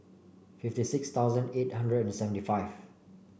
fifty six thousand eight hundred and seventy five